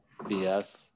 BS